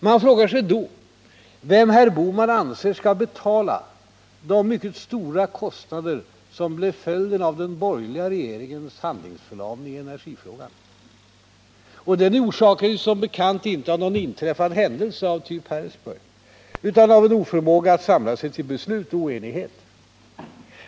Man frågar sig då vem herr Bohman anser skall betala de mycket stora kostnader som blev följden av den borgerliga regeringens handlingsförlamning i energifrågan. Och den orsakades som bekant inte av någon inträffad händelse av typ Harrisburg utan av en oförmåga att samla sig till beslut och av oenighet.